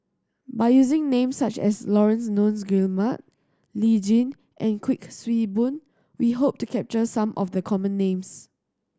by using names such as Laurence Nunns Guillemard Lee Tjin and Kuik Swee Boon we hope to capture some of the common names